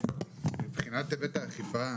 מבחינת היבט האכיפה,